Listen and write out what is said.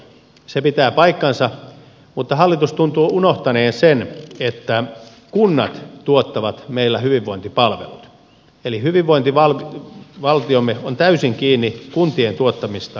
se pitää paikkansa mutta hallitus tuntuu unohtaneen sen että kunnat tuottavat meillä hyvinvointipalvelut eli hyvinvointivaltiomme on täysin kiinni kuntien tuottamista palveluista